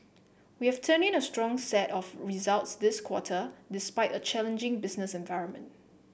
we have turned in a strong set of results this quarter despite a challenging business environment